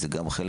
זה גם חלק?